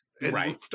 right